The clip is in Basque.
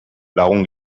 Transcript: lagun